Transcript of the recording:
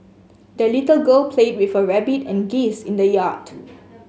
the little girl played with her rabbit and geese in the yard